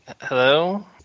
hello